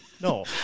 No